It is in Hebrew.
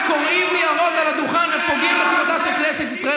וקורעים ניירות על הדוכן ופוגעים בכבודה של כנסת ישראל,